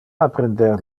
apprender